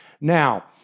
Now